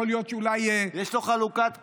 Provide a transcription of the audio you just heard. יכול להיות שאולי, יש לו חלוקת קשב.